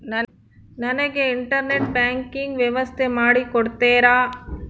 ನನಗೆ internet banking ವ್ಯವಸ್ಥೆ ಮಾಡಿ ಕೊಡ್ತೇರಾ?